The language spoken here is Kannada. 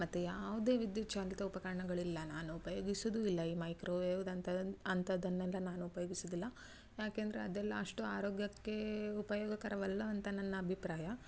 ಮತ್ತು ಯಾವುದೇ ವಿದ್ಯುಚ್ಛಾಲಿತ ಉಪಕರಣಗಳಿಲ್ಲ ನಾನು ಉಪಯೋಗಿಸುವುದು ಇಲ್ಲ ಈ ಮೈಕ್ರೊವೇವ್ದಂಥ ಅಂಥದ್ದನ್ನೆಲ್ಲ ನಾನು ಉಪಯೋಗಿಸುವುದಿಲ್ಲ ಯಾಕೆಂದರೆ ಅದೆಲ್ಲ ಅಷ್ಟು ಆರೋಗ್ಯಕ್ಕೆ ಉಪಯೋಗಕರವಲ್ಲ ಅಂತ ನನ್ನ ಅಭಿಪ್ರಾಯ